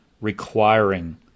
requiring